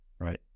right